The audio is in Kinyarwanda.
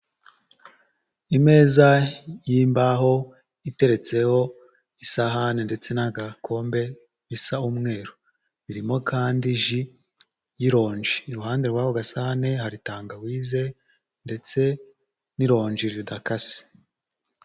Imeza y'imbaho iteretseho isahane ndetse n'agakombe isa umweru, irimo kandi ji y'irongi, iruhande rwako gasahani, hari tangawize ndetse n'ironji ridakase.